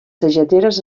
sageteres